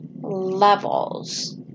levels